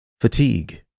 fatigue